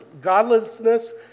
godlessness